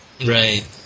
Right